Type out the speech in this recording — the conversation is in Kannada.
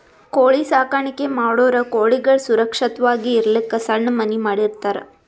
ಕೋಳಿ ಸಾಕಾಣಿಕೆ ಮಾಡೋರ್ ಕೋಳಿಗಳ್ ಸುರಕ್ಷತ್ವಾಗಿ ಇರಲಕ್ಕ್ ಸಣ್ಣ್ ಮನಿ ಮಾಡಿರ್ತರ್